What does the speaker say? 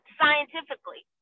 scientifically